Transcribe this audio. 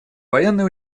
военные